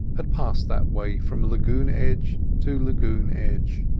had passed that way from lagoon edge to lagoon edge.